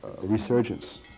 resurgence